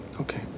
Okay